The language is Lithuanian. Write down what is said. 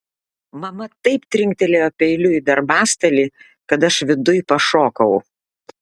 mama taip trinktelėjo peiliu į darbastalį kad aš viduj pašokau